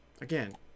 Again